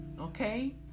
Okay